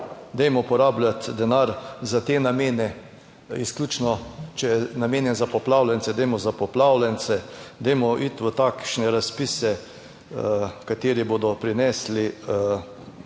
dajmo porabljati denar za te namene, izključno, če je namenjen za poplavljence, dajmo za poplavljence, dajmo iti v takšne razpise, kateri bodo prinesli